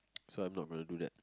so I'm not gonna do that